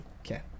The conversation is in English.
Okay